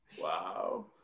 Wow